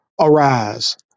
Arise